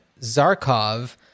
Zarkov